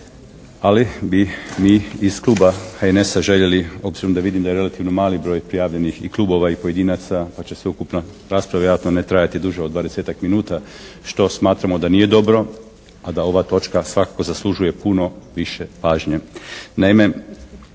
Ali bi mi iz kluba HNS-a željeli, obzirom da vidim da je relativno mali broj prijavljenih i klubova i pojedinaca pa će sveukupna rasprava vjerojatno ne trajati duže od 20-ak minuta, što smatramo da nije dobro, a da ova točka svakako zaslužuje puno više pažnje.